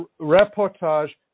reportage